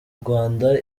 rwanda